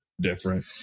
different